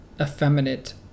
effeminate